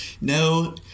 No